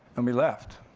and we left.